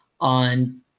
on